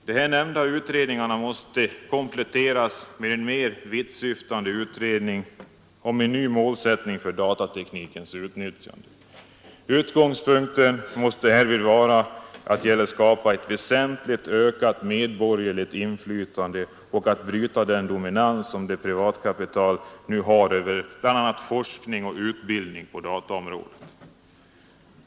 De här nämnda utredningarna måste kompletteras med en mera vittsyftande utredning om en ny målsättning för datateknikens utnyttjande. Utgångspunkten måste härvid vara att det gäller att skapa ett väsentligt ökat medborgerligt inflytande och att bryta den dominans som privatkapitalet nu har över bl.a. forskning och utbildning på dataområdet.